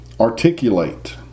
articulate